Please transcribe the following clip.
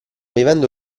vivendo